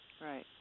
right